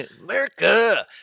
America